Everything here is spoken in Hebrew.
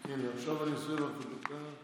הינה, עכשיו אני אוסיף לך את הדקה.